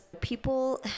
people